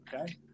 Okay